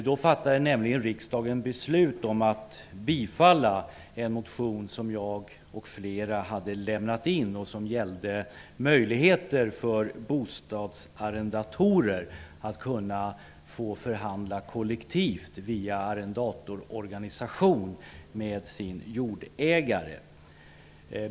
Då fattade nämligen riksdagen beslut om att bifalla en motion som jag och flera hade lämnat in och som gällde möjligheter för bostadsarrendatorer att kunna förhandla kollektivt via arrendatororganisation med sin jordägare.